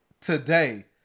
today